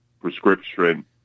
prescription